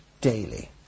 daily